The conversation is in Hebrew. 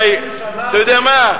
אתה יודע מה,